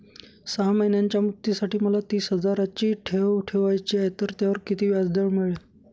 सहा महिन्यांच्या मुदतीसाठी मला तीस हजाराची ठेव ठेवायची आहे, तर त्यावर किती व्याजदर मिळेल?